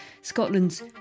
Scotland's